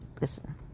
Listen